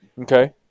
Okay